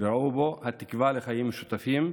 וראו בו את התקווה לחיים משותפים,